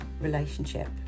relationship